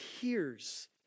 hears